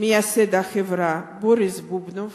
מייסד החברה בוריס בובנוב